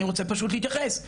אני רוצה פשוט להתייחס,